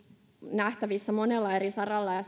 nähtävissä monella eri saralla ja